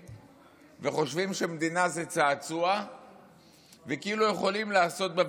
וחושבים שמדינה זה צעצוע וכאילו יכולים לעשות בה,